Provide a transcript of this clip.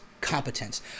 competence